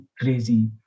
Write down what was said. crazy